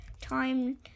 time